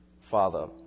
Father